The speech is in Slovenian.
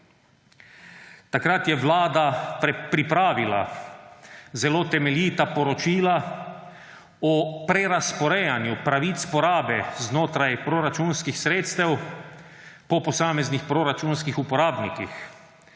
Takrat je Vlada pripravila zelo temeljita poročila o prerazporejanju pravic porabe znotraj proračunskih sredstev po posameznih proračunskih uporabnikih.